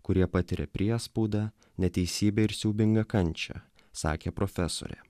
kurie patiria priespaudą neteisybę ir siaubingą kančią sakė profesorė